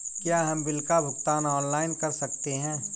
क्या हम बिल का भुगतान ऑनलाइन कर सकते हैं?